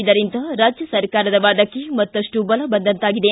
ಇದರಿಂದ ರಾಜ್ಯ ಸರ್ಕಾರದ ವಾದಕ್ಕೆ ಮತ್ತಷ್ಟು ಬಲಬಂದಂತಾಗಿದೆ